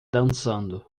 dançando